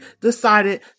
decided